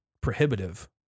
prohibitive